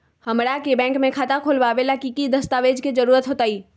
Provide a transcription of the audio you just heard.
हमरा के बैंक में खाता खोलबाबे ला की की दस्तावेज के जरूरत होतई?